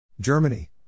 Germany